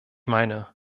meine